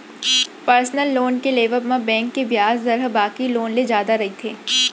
personal loan के लेवब म बेंक के बियाज दर ह बाकी लोन ले जादा रहिथे